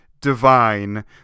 Divine